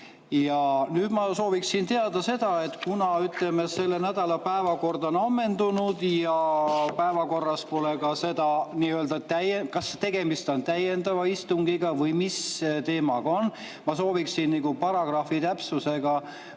Ja nüüd ma soovin teada seda. Kuna selle nädala päevakord on ammendunud ja päevakorras pole ka seda, kas tegemist on täiendava istungiga või mis teema on, siis ma soovin paragrahvi täpsusega